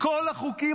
מכל החוקים,